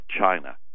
China